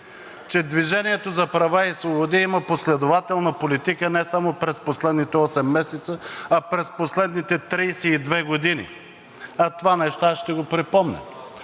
че „Движение за права и свободи“ има последователна политика не само през последните осем месеца, а през последните 32 години, а това нещо аз ще го припомня.